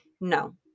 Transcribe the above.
no